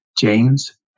James